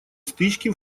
стычки